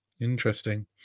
Interesting